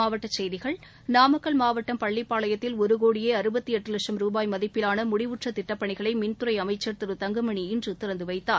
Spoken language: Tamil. மாவட்டசெய்திகள் நாமக்கல் மாவட்டம் பள்ளிப்பாளையத்தில் ஒருகோடியே லட்சம் ருபாய் மதிப்பிலானமுடிவுற்றதிட்டப்பணிகளைமின்துறைஅமைச்சர் திரு தங்கமணி இன்றுதிறந்துவைத்தார்